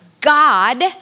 God